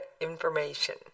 information